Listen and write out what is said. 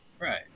Right